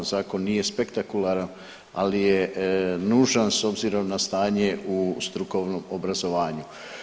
Zakon nije spektakularan ali je nužan s obzirom na stanje u strukovnom obrazovanju.